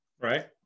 Right